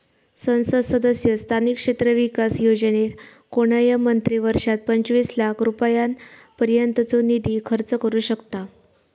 संसद सदस्य स्थानिक क्षेत्र विकास योजनेत कोणय मंत्री वर्षात पंचवीस लाख रुपयांपर्यंतचो निधी खर्च करू शकतां